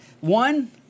one